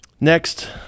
Next